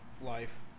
life